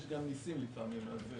יש גם ניסים לפעמים.